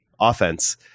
offense